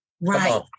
Right